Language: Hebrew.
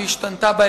והשתנתה לרעה,